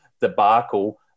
debacle